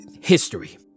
history